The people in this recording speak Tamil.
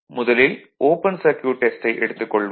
முதலில் ஓபன் சர்க்யூட் டெஸ்டை எடுத்துக் கொள்வோம்